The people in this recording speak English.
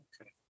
Okay